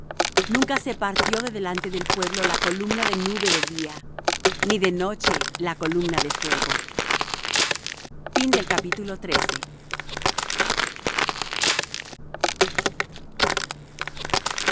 nunca se partió de delante del pueblo la columna de nube de día ni de noche la columna de fuego y